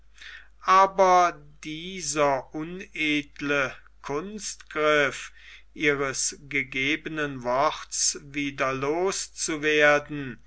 aber dieser unedle kunstgriff ihres gegebenen worts wieder los zu werden